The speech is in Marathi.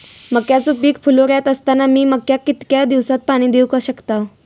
मक्याचो पीक फुलोऱ्यात असताना मी मक्याक कितक्या दिवसात पाणी देऊक शकताव?